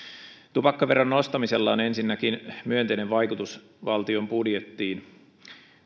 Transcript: tupakkaveron nostamisella on ensinnäkin myönteinen vaikutus valtion budjettiin